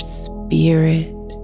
spirit